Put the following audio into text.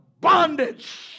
bondage